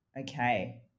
Okay